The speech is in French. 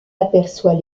aperçoit